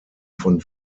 von